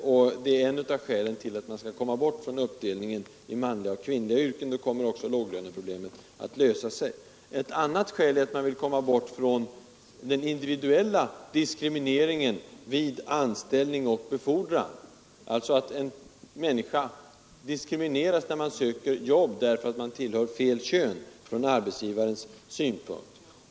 Om man kunde komma bort från uppdelningen i manliga och kvinnliga yrken, skulle också låglöneproblemen lösa sig. Ett annat skäl är att man vill komma ifrån den individuella diskrimineringen vid anställning och befordran, alltså att man diskrimineras när man söker jobb därför att man tillhör fel kön från arbetsgivarens synpunkt.